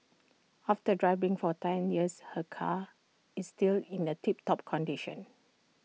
after driving for ten years her car is still in A tip top condition